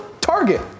target